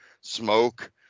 smoke